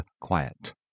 quiet